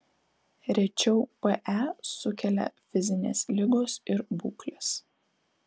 rečiau pe sukelia fizinės ligos ir būklės